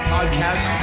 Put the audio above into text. Podcast